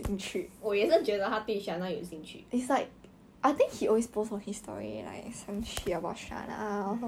like who the hell sees that even I don't even realise it your sister your sister lah your sister always like talk shit about you [one] [what]